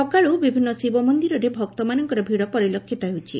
ସକାଳୁ ବିଭିନୁ ଶିବମନିରରେ ଭକ୍ତମାନଙ୍କର ଭିଡ଼ ପରିଲକିତ ହେଉଛି